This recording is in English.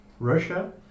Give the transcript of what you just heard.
Russia